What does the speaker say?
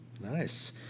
nice